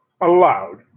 allowed